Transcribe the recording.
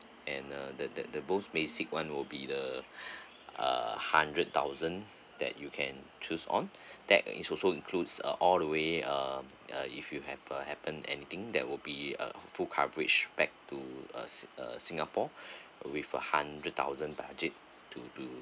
and uh the the the most basic one will be the uh hundred thousand that you can choose on that is also includes uh all the way uh if you have uh happened anything that would be a full coverage back to uh uh singapore with a hundred thousand budget to do